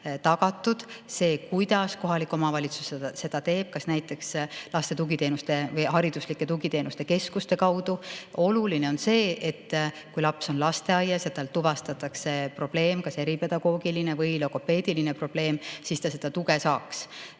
tagatud. See, kuidas kohalik omavalitsus seda teeb, kas näiteks laste tugiteenuste või hariduslike tugiteenuste keskuste kaudu – oluline on see, et kui laps on lasteaias ja tal tuvastatakse probleem, kas eripedagoogiline või logopeediline probleem, siis ta seda tuge saab.